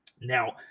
Now